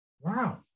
wow